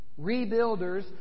Rebuilders